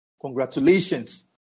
Congratulations